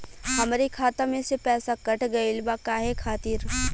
हमरे खाता में से पैसाकट गइल बा काहे खातिर?